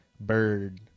bird